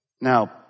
Now